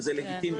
זה לגיטימי,